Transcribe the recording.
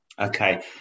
Okay